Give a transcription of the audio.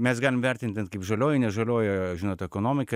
mes galim vertinti kaip žalioji nežalioji žinot ekonomiką